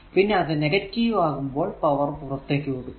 പിന്നെ അത് നെഗറ്റീവ് ആകുമ്പോൾ പവർ പുറത്തേക്കു കൊടുക്കുന്നു